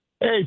Hey